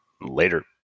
Later